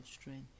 strength